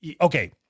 okay